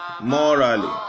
morally